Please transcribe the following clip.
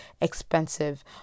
expensive